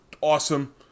awesome